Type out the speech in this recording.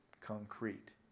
concrete